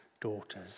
daughters